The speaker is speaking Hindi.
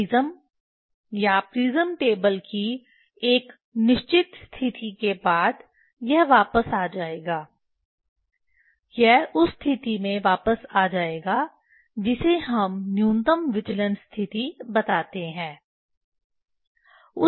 प्रिज़्म या प्रिज़्म टेबल की एक निश्चित स्थिति के बाद यह वापस आ जाएगा यह उस स्थिति में वापस आ जाएगा जिसे हम न्यूनतम विचलन स्थिति बताते हैं